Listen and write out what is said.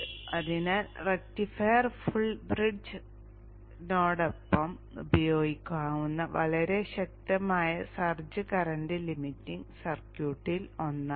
അതിനാൽ rectifier full ബ്രിഡ്ജിനൊപ്പം ഉപയോഗിക്കാവുന്ന വളരെ ശക്തമായ സർജ് കറന്റ് ലിമിറ്റിംഗ് സർക്യൂട്ടിൽ ഒന്നാണിത്